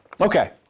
Okay